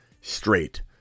straight